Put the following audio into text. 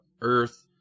Earth